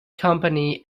company